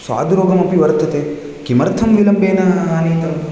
स्वादुरोगमपि वर्तते किमर्थं विलम्बेन आनीतम्